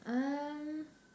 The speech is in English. um